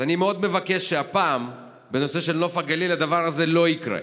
אז אני מאוד מבקש שהפעם בנושא של נוף הגליל הדבר הזה לא יקרה.